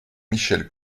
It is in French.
michel